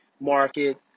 market